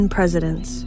Presidents